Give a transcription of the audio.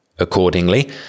Accordingly